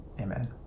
Amen